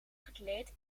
gekleed